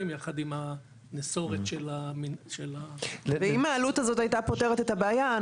יחד עם הנסורת של ה- -- אם העלות הזו הייתה פותרת את הבעיה,